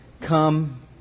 come